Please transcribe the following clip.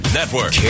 Network